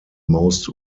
most